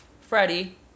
Freddie